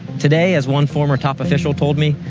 today, as one former top official told me,